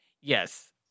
Yes